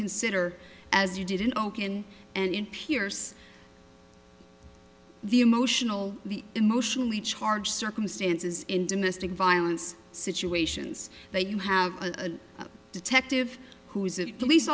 consider as you did in ok in and in pierce the emotional the emotionally charged circumstances in domestic violence situations that you have a detective who is a police